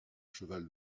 cheval